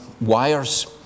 wires